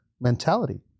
mentality